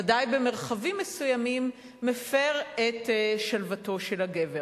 ודאי במרחבים מסוימים מפר את שלוותו של הגבר.